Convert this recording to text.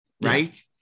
right